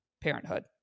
Parenthood